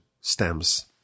stems